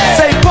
say